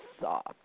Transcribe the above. soft